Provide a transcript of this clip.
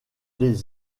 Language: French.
des